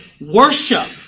worship